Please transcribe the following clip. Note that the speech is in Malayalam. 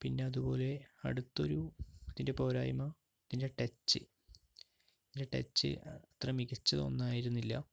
പിന്നെ അതുപോലെ അടുത്തൊരു ഇതിൻ്റെ പോരായ്മ ഇതിൻ്റെ ടച്ച് ഇതിൻ്റെ ടച്ച് അത്ര മികച്ചതൊന്നുമായിരുന്നില്ല